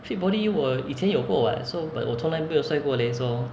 fit body 我以前有过 [what] so but 我从来没有帅过 leh so